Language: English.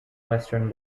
western